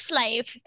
life